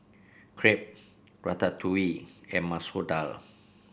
Crepe Ratatouille and Masoor Dal